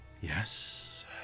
Yes